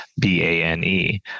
b-a-n-e